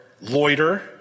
loiter